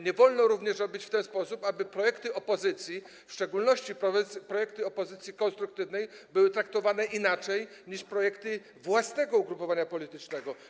Nie wolno również robić w ten sposób, aby projekty opozycji, w szczególności projekty opozycji konstruktywnej, były traktowane inaczej niż projekty własnego ugrupowania politycznego.